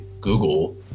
Google